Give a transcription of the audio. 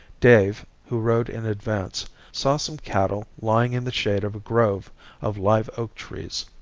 dave, who rode in advance, saw some cattle lying in the shade of a grove of live oak trees.